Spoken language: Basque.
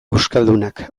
euskaldunak